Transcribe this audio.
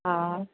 हा